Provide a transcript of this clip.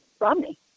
Romney